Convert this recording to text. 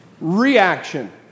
reaction